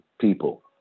people